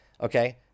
Okay